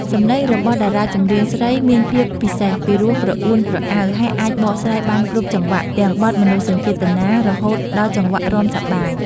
សំឡេងរបស់តារាចម្រៀងស្រីមានភាពពិសេស ពីរោះក្រអួនក្រអៅ ហើយអាចបកស្រាយបានគ្រប់ចង្វាក់ ទាំងបទមនោសញ្ចេតនា រហូតដល់ចង្វាក់រាំសប្បាយ។